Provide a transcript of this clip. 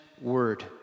word